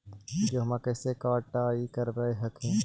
गेहुमा कैसे कटाई करब हखिन?